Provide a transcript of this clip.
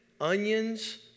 onions